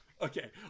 Okay